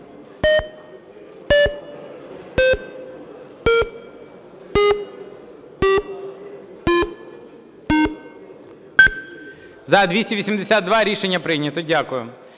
За-282 Рішення прийнято. Дякую.